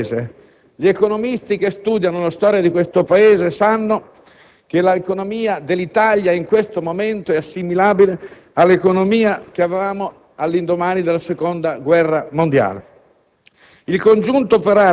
Chi conosce il mio Paese, gli economisti che studiano la storia di questo Paese sanno che l'economia dell'Italia in questo momento è assimilabile all'economia che avevamo all'indomani della Seconda guerra mondiale.